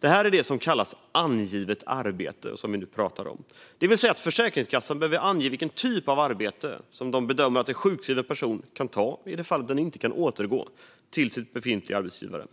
Det vi nu pratar om kallas angivet arbete, det vill säga att Försäkringskassan behöver ange vilken typ av arbete de bedömer att en sjukskriven person kan ta i det fall man inte kan återgå till sin befintliga arbetsgivare.